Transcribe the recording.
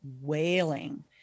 wailing